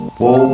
whoa